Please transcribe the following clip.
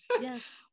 yes